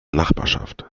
nachbarschaft